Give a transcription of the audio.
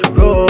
go